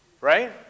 Right